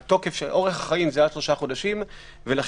אורך החיים הוא עד 3 חודשים ולכן